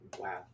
Wow